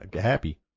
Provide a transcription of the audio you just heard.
happy